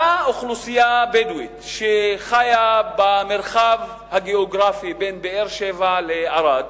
אותה אוכלוסייה בדואית שחיה במרחב הגיאוגרפי בין באר-שבע לערד.